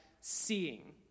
seeing